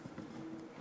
בבקשה.